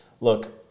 look